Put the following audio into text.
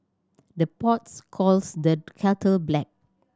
the pots calls the kettle black